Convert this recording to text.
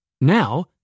Now